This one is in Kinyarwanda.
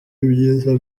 ibyiza